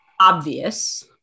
obvious